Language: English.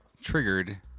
triggered